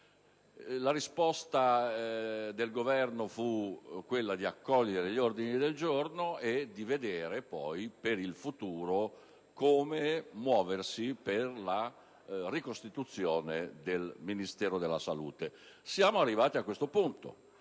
La risposta del Governo fu quella di accogliere gli ordini del giorno e di vedere per il futuro come muoversi per la ricostituzione del Ministero della salute. Siamo arrivati a questo punto,